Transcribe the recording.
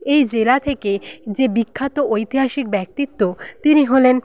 এই জেলা থেকে যে বিখ্যাত ঐতিহাসিক ব্যক্তিত্ব তিনি হলেন